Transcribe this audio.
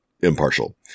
impartial